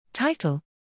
Title